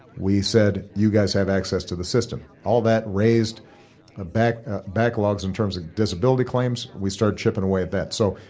we said, you guys have access to the system. all that raised ah backlogs in terms of disability claims. we started chipping away at that. so,